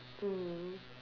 mm